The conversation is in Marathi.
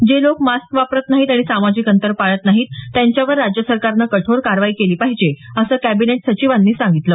जे लोक मास्क वापरत नाहीत आणि सामाजिक अंतर पाळत नाहीत त्यांच्यावर राज्य सरकारनं कठोर कारवाई केली पाहिजे असं कॅबिनेट सचिवांनी सांगितलं